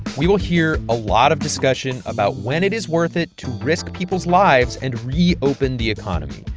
we will hear a lot of discussion about when it is worth it to risk people's lives and reopen the economy.